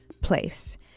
place